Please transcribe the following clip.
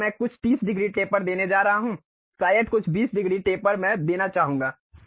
इसलिए मैं कुछ 30 डिग्री टेपर देने जा रहा हूं शायद कुछ 20 डिग्री टेपर मैं देना चाहूंगा